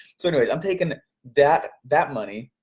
so anyways, i'm taking that that money,